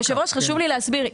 היושב-ראש, חשוב לי להסביר.